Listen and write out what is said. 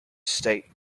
state